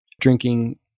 drinking